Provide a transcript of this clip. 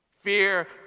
Fear